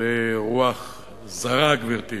זוהי רוח זרה, גברתי,